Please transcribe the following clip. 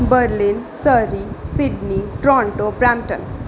Berlin Surrey Sydney Toronto Brampton